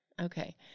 Okay